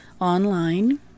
online